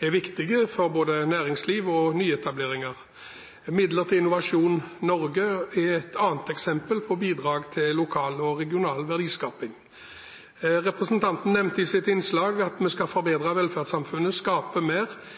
er viktige for både næringsliv og nyetableringer. Midler til Innovasjon Norge er et annet eksempel på bidrag til lokal og regional verdiskaping. Representanten nevnte i sitt innlegg at vi skal forbedre velferdssamfunnet, skape mer.